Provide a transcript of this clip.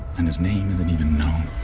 and his name isn't even known.